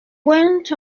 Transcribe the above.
went